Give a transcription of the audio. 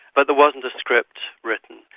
but there wasn't a script written.